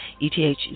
ETH